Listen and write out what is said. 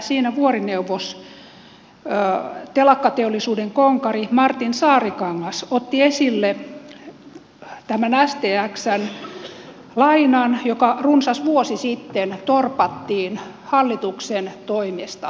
siinä vuorineuvos telakkateollisuuden konkari martin saarikangas otti esille tämän stxn lainan joka runsas vuosi sitten torpattiin hallituksen toimesta